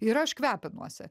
ir aš kvepinuosi